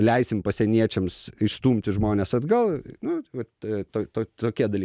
leisim pasieniečiams išstumti žmones atgal nu vat to to to tokie dalykai